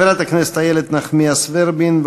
חברת הכנסת איילת נחמיאס ורבין,